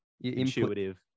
intuitive